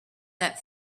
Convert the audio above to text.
that